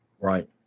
Right